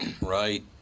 Right